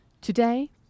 Today